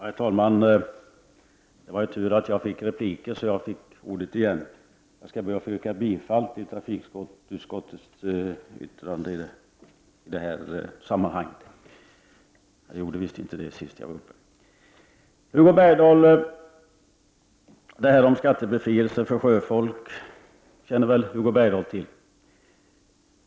Herr talman! Det är tur att jag har rätt till repliker, så att jag fick ordet igen. Jag ber att få yrka bifall till trafikutskottets hemställan i detta betänkande. Det glömde jag att göra när jag senast hade ordet. Hugo Bergdahl känner nog till detta med skattebefrielse för sjöfolk.